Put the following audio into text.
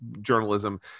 journalism